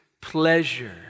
pleasure